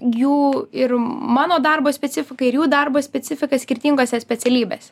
jų ir mano darbo specifiką ir jų darbo specifiką skirtingose specialybėse